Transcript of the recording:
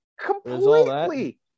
Completely